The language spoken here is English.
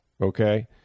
okay